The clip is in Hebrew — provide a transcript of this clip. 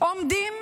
שעומדים